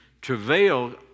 travail